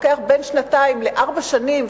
שלוקח בין שנתיים לארבע שנים,